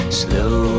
slow